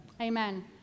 Amen